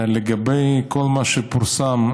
לגבי כל מה שפורסם,